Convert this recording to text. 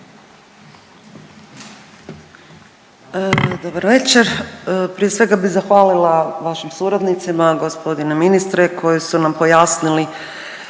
Dobro večer! Prije svega bih zahvalila vašim suradnicima gospodine ministre koji su nam pojasnili